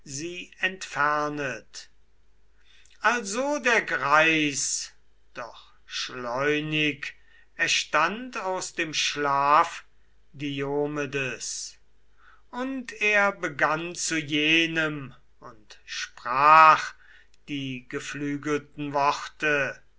nacht durch also der greis doch schleunig erstand aus dem schlaf diomedes und er begann zu jenem und sprach die geflügelten worte